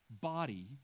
body